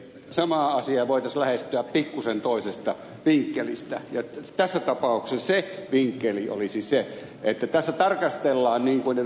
samaa asiaa voitaisiin lähestyä pikkuisen toisesta vinkkelistä ja tässä tapauksessa se vinkkeli olisi se että tässä tarkastellaan niin kuin ed